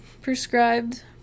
prescribed